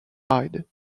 hide